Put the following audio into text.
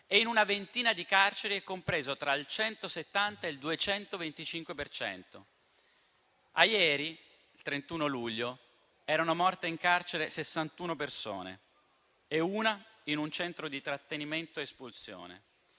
e in una ventina di carceri è compreso tra il 170 e il 225 per cento. A ieri, 31 luglio, erano morte in carcere 61 persone e una in un centro di identificazione ed espulsione,